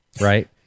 right